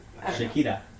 Shakira